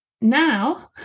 now